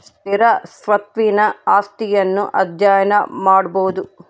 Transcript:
ಸ್ಥಿರ ಸ್ವತ್ತಿನ ಆಸ್ತಿಯನ್ನು ಅಧ್ಯಯನ ಮಾಡಬೊದು